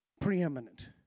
preeminent